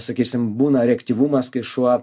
sakysim būna reaktyvumas kai šuo